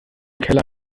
keller